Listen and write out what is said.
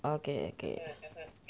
okay okay